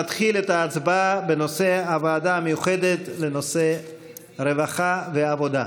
נתחיל את ההצבעה בנושא הוועדה המיוחדת לנושא הרווחה והעבודה.